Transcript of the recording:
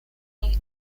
nich